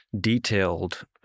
detailed